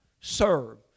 serve